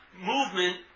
movement